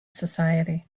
society